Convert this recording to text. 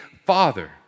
Father